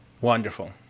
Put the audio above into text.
wonderful